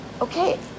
Okay